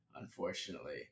unfortunately